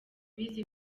bize